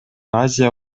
азия